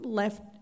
left